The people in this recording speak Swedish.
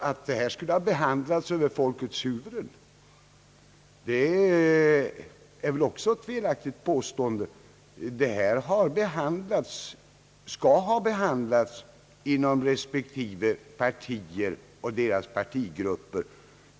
Att denna fråga skulle ha behandlats över folkets huvud är väl också ett felaktigt påstående. Denna fråga har behandlats inom respektive partier och i deras partigrupper.